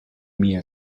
mie